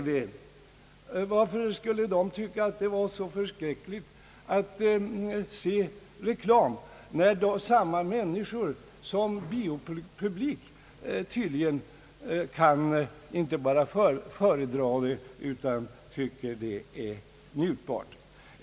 Varför skulle den publiken tycka att det var så förskräckligt att se reklam, när samma människor som biopublik tydligen inte bara fördrar det utan tycker att det är njutbart?